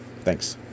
Thanks